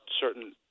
certain